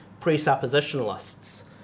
presuppositionalist's